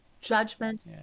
Judgment